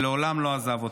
שלעולם לא עזב אותה.